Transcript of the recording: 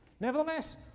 Nevertheless